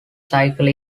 cycle